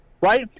right